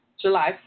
July